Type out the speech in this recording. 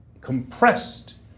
compressed